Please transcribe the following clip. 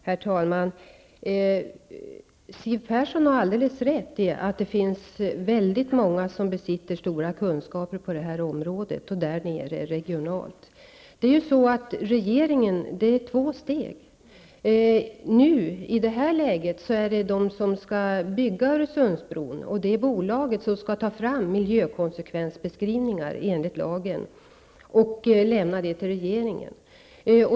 Herr talman! Siw Persson har helt rätt i att det finns många som besitter stora kunskaper på det här området, och det gäller förstås även regionalt. Det finns dock två steg i det här. I det här läget är det de som skall bygga Öresundsbron, det bolaget, som skall ta fram de miljökonsekvensbeskrivningar som enligt lagen skall lämnas till regeringen.